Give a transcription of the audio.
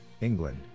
England